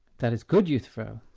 that is good, euthyphro,